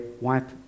wipe